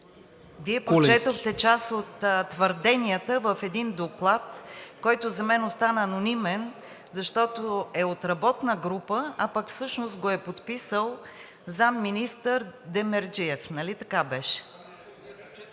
Вие прочетохте част от твърденията в един доклад, който за мен остана анонимен, защото е от работна група, всъщност го е подписал заместник-министър Демерджиев, нали така?